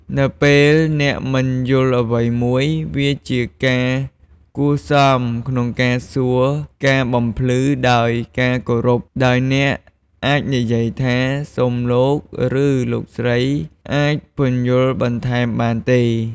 នៅពេលអ្នកមិនយល់អ្វីមួយ វាជាការគួរសមក្នុងការសុំការបំភ្លឺដោយការគោរព ដោយអ្នកអាចនិយាយថា “សូមលោក ឬលោកស្រីអាចពន្យល់បន្ថែមបានទេ?”។